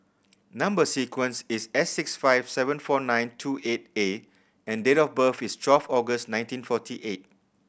number sequence is S six five seven four nine two eight A and date of birth is twelve August nineteen forty eight